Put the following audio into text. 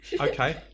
Okay